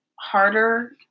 harder